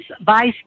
vice